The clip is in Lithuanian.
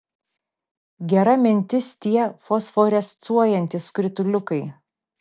gera mintis tie fosforescuojantys skrituliukai